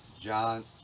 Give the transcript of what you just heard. John